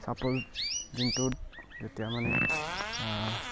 ছাপ'ছ দিনটোত যেতিয়া মানে